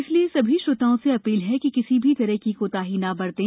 इसलिए सभी श्रोताओं से अपील है कि किसी भी तरह की कोताही न बरतें